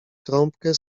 trąbkę